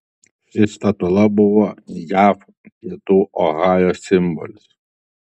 ši statula buvo jav pietų ohajo simbolis